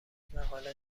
مقاله